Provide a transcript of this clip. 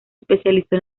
especializó